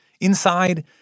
Inside